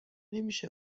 نمیشه